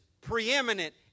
preeminent